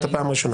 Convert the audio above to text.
אתה פעם ראשונה.